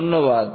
ধন্যবাদ